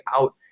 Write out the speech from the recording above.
out